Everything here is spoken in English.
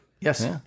Yes